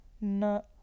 no